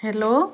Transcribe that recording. hello